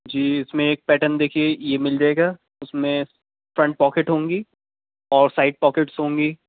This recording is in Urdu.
جی اس میں ایک پیٹرن دیکھیے یہ مل جائے گا اس میں فرنٹ پاکٹ ہوں گی اور سائڈ پاکٹس ہوں گی